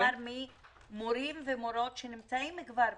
כלומר ממורים ומורות שנמצאים כבר במערכת.